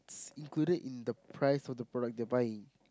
it's included in the price of product they're buying